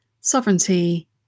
Sovereignty